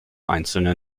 einzelnen